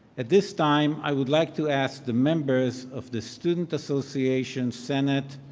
at this time, i would like to ask the members of the student association senate,